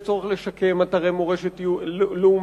יש צורך לשקם אתרי מורשת לאומית-יהודית,